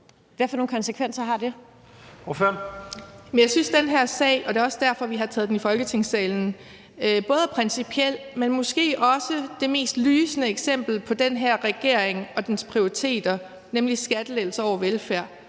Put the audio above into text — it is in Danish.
Lisbeth Bech-Nielsen (SF): Jeg synes, at den her sag – og det er også derfor, vi har taget den i Folketingssalen – både er principiel, men måske også det mest lysende eksempel på den her regering og dens prioriteter, nemlig skattelettelser over velfærd;